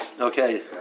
Okay